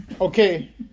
okay